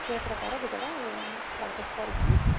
ସେ ପ୍ରକାର ଗୀତଟା ଇଏ ପ୍ରାକ୍ଟିସ୍ କରିକିନା